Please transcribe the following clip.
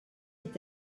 est